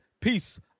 Peace